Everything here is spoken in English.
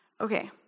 Okay